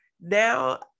now